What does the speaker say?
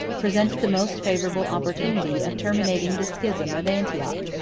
presented the most favorable opportunity of terminating the schism of antioch,